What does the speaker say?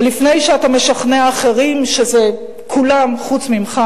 ולפני שאתה משכנע אחרים, שזה כולם חוץ ממך,